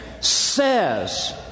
says